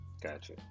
gotcha